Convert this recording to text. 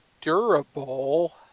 durable